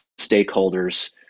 stakeholders